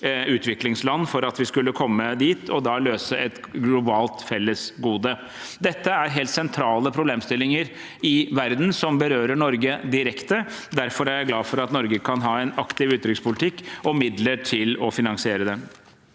for at vi skulle komme dit, og løse et globalt fellesgode. Dette er helt sentrale problemstillinger i verden som berører Norge direkte. Derfor er jeg glad for at Norge kan ha en aktiv utenrikspolitikk og midler til å finansiere det.